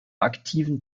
aktiven